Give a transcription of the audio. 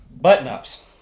button-ups